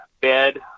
bed